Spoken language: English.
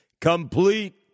Complete